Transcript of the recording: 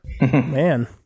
Man